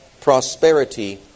prosperity